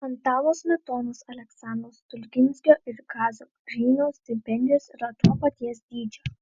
antano smetonos aleksandro stulginskio ir kazio griniaus stipendijos yra to paties dydžio